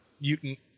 mutant